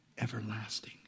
everlasting